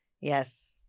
Yes